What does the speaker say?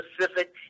specific